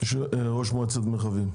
ראש מועצת מרחבים.